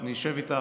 אם ירצה.